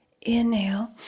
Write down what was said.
Inhale